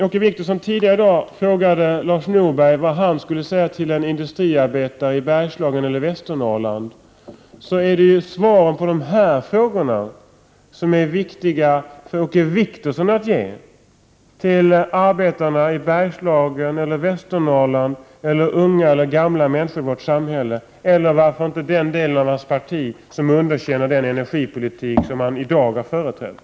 Åke Wictorsson frågade tidigare Lars Norberg vad han hade att säga till industriarbetarna i Bergslagen eller Västernorrland. Men det viktiga är vad Åke Wictorsson själv säger som svar på dessa frågor till arbetarna i Bergslagen, till arbetarna i Västernorrland, till unga eller gamla i vårt samhälle osv. — eller varför inte till dem i Åke Wictorssons eget parti som underkänner den energipolitik som han i dag har företrätt?